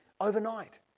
overnight